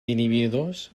inhibidors